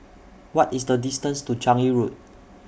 What IS The distance to Changi Road